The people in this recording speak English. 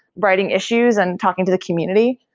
writing issues and talking to the community,